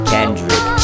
Kendrick